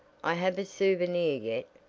i have a souvenir yet,